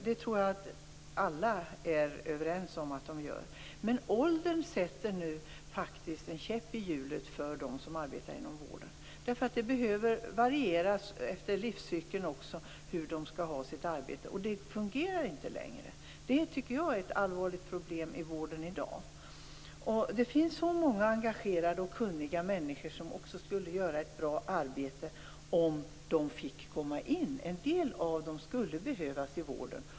Det tror jag att alla är överens om. Men åldern sätter nu faktiskt en käpp i hjulet för dem som arbetar inom vården. Arbetet behöver varieras också efter livscykeln. Det fungerar inte längre. Det är ett allvarligt problem i vården i dag. Det finns så många engagerade och kunniga människor som skulle göra ett bra arbete om de bara fick komma in på arbetsmarknaden. En del av dessa skulle behövas i vården.